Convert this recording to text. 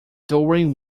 during